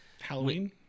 Halloween